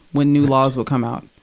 when new laws would come out.